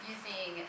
Using